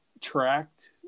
tracked